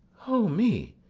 o me,